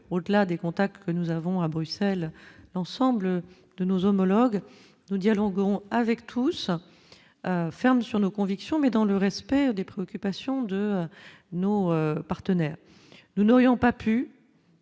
au-delà des contacts que nous avons à Bruxelles l'ensemble de nos homologues nous dialoguons avec tous ferme sur nos convictions, mais dans le respect des préoccupations de nos partenaires, nous n'aurions pas pu.